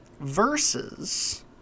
Versus